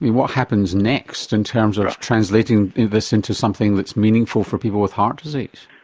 what happens next in terms of translating this into something that's meaningful for people with heart disease?